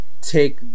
Take